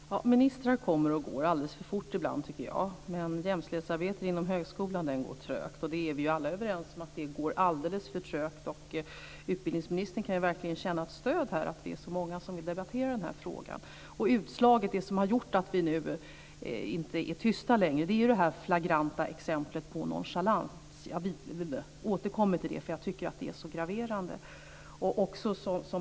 Fru talman! Ministrar kommer och går - alldeles för fort ibland, tycker jag. Men jämställdhetsarbetet inom högskolan går trögt. Vi är ju alla överens om att det går alldeles för trögt. Ubildningsministern kan verkligen känna ett stöd i att vi är så många som vill debattera frågan. Utslaget, det som gjort att vi inte längre är tysta, är det flagranta exemplet på nonchalans. Jag återkommer till det eftersom jag tycker att det är så graverande.